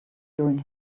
during